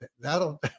that'll